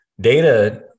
data